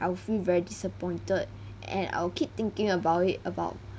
I will feel very disappointed and I'll keep thinking about it about